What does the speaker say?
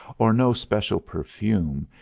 or no special perfume,